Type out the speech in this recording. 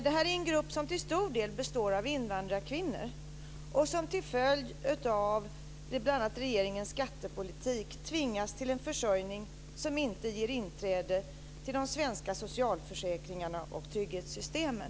Det här är en grupp som till stor del består av invandrarkvinnor och som till följd av bl.a. regeringens skattepolitik tvingas till en försörjning som inte ger inträde till de svenska socialförsäkringarna och trygghetssystemen.